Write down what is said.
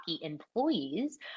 employees